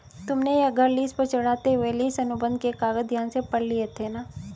तुमने यह घर लीस पर चढ़ाते हुए लीस अनुबंध के कागज ध्यान से पढ़ लिए थे ना?